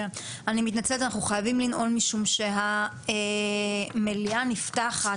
אני מתנצלת אנחנו חייבים לנעול משום שהמליאה נפתחת,